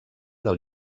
del